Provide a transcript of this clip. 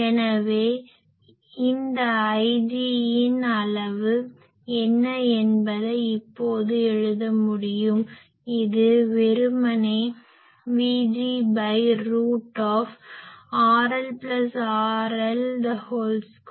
எனவே இந்த Ig இன் அளவு என்ன என்பதை இப்போது எழுத முடியும் இது வெறுமனே Vgரூட்RrRL2 XgXA2